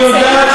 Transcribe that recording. היא יודעת,